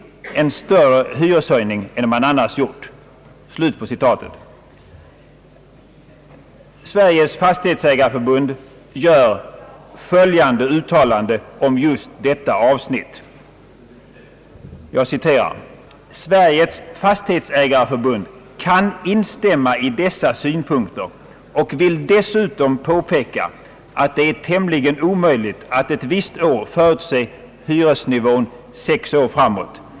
hyreslagstiftningen större hyreshöjning än man annars gjort.» Sveriges fastighetsägareförbund gör följande uttalande om just detta avsnitt: »Sveriges Fastighetsägareförbund kan instämma i dessa synpunkter och vill dessutom påpeka, att det är tämligen omöjligt att ett visst år förutse hyresnivån sex år framåt.